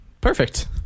Perfect